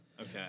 Okay